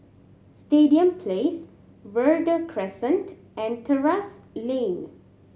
Stadium Place Verde Crescent and Terrasse Lane